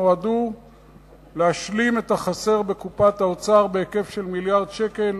נועדו להשלים את החסר בקופת האוצר בהיקף של מיליארד שקל,